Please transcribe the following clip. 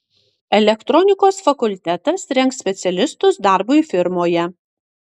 elektronikos fakultetas rengs specialistus darbui firmoje